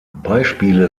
beispiele